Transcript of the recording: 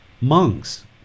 Monks